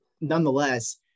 nonetheless